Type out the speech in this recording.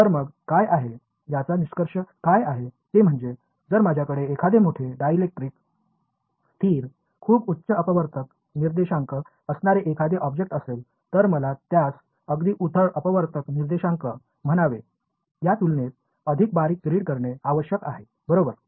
तर मग काय आहे याचा निष्कर्ष काय आहे ते म्हणजे जर माझ्याकडे एखादे मोठे डायलेक्ट्रिक स्थिर खूप उच्च अपवर्तक निर्देशांक असणारे एखादे ऑब्जेक्ट असेल तर मला त्यास अगदी उथळ अपवर्तक निर्देशांक म्हणावे या तुलनेत अधिक बारीक ग्रीड करणे आवश्यक आहे बरोबर